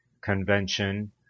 Convention